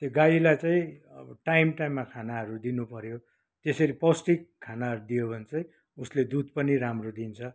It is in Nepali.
त्यो गाईलाई चाहिँ अब टाइम टाइममा खानाहरू दिनुपऱ्यो त्यसरी पौष्टिक खानाहरू दियो भने चाहिँ उसले दुध पनि राम्रो दिन्छ